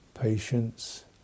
patience